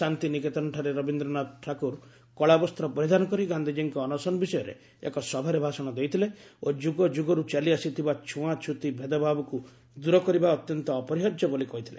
ଶାନ୍ତିନିକେତନଠାରେ ରବୀନ୍ଦ୍ରନାଥ ଠାକୁର କଳା ବସ୍ତ୍ର ପରିଧାନ କରି ଗାନ୍ଧିଜୀଙ୍କ ଅନଶନ ବିଷୟରେ ଏକ ସଭାରେ ଭାଷଣ ଦେଇଥିଲେ ଓ ଯୁଗଯୁଗରୁ ଚାଲିଆସିଥିବା ଛୁଆଁଛୁତି ଭେଦଭାବକୁ ଦୂର କରିବା ଅତ୍ୟନ୍ତ ଅପରିହାର୍ଯ୍ୟ ବୋଲି କହିଥିଲେ